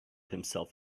himself